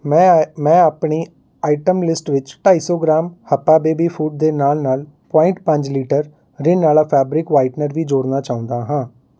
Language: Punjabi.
ਮੈਂ ਮੈਂ ਆਪਣੀ ਆਈਟਮ ਲਿਸਟ ਵਿੱਚ ਢਾਈ ਸੌ ਗ੍ਰਾਮ ਹੱਪਾ ਬੇਬੀ ਫੂਡ ਦੇ ਨਾਲ ਨਾਲ ਪੁਆਇੰਟ ਪੰਜ ਲੀਟਰ ਰਿਨ ਵਾਲਾ ਫੈਬਰਿਕ ਵਾਈਟਨਰ ਵੀ ਜੋੜਨਾ ਚਾਹੁੰਦਾ ਹਾਂ